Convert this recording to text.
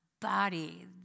body